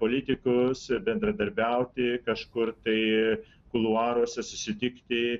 politikus bendradarbiauti kažkur tai kuluaruose susitikti